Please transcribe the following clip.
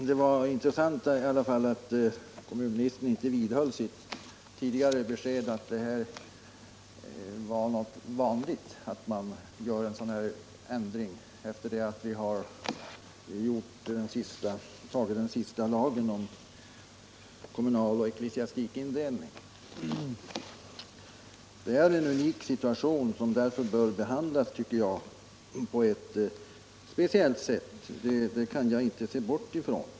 Herr talman! Det var intressant att kommunministern inte vidhöll sitt tidigare besked att ändringar är vanliga, efter det att vi antagit den senaste utformningen av lagen om kommunal och ecklesiastik indelning. Det här är en unik situation som därför bör behandlas på ett speciellt sätt. Det kan jag inte komma ifrån.